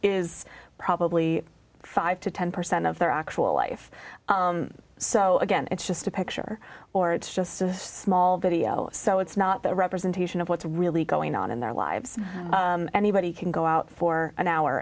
is probably five to ten percent of their actual life so again it's just a picture or it's just a small video so it's not the representation of what's really going on in their lives anybody can go out for an hour